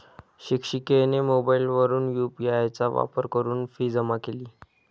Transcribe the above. शिक्षिकेने मोबाईलवरून यू.पी.आय चा वापर करून फी जमा केली